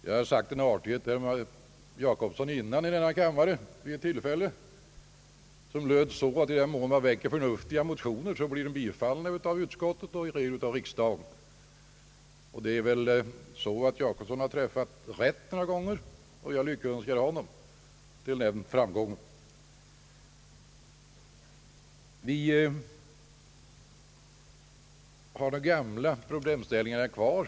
Jag har redan vid något tidigare tillfälle varit artig mot herr Jacobsson och gett honom den komplimangen att om man väcker förnuftiga motioner så bifalls de av utskottet och även i regel av riksdagen. Herr Jacobsson har träffat rätt några gånger, och jag lyckönskar honom till den framgången. Vi har de gamla problemställningarna kvar.